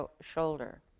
shoulder